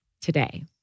today